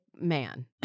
man